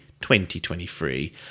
2023